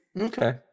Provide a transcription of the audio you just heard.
okay